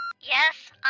Yes